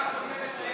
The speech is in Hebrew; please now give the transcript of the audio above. כבוד השרה,